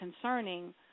concerning